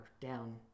down